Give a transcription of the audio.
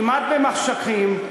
כמעט במחשכים,